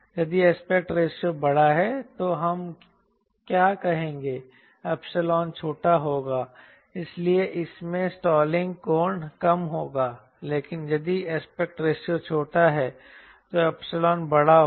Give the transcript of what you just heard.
यदि aspect ratio बड़ा है तो हम क्या कहेंगे 𝜖 छोटा होगा इसलिए इसमें स्टॉलिंग कोण कम होगा लेकिन यदि एस्पेक्ट रेशियो छोटा है तो 𝜖 बड़ा होगा